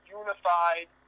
unified